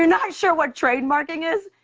not sure what trademarking is,